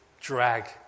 drag